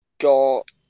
got